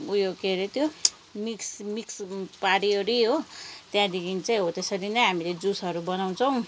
उयो के हरे त्यो मिक्स मिक्स पारिओरी हो त्यहाँदेखि चाहिँ हो त्यसरी नै हामीले जुसहरू बनाउँछौँ